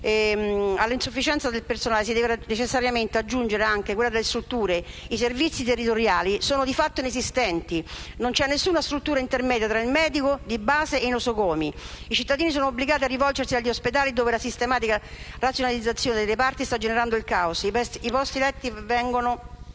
All'insufficienza del personale si deve necessariamente aggiungere anche quella delle strutture. I servizi territoriali sono di fatto inesistenti: non c'è nessuna struttura intermedia tra il medico di base e i nosocomi. I cittadini sono obbligati a rivolgersi agli ospedali dove la sistematica razionalizzazione dei reparti sta generando il caos: i posti letto vengono